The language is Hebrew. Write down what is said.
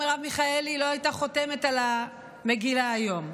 ואומר: מרב מיכאלי לא הייתה חותמת על המגילה היום.